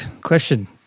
question